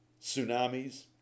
tsunamis